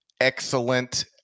excellent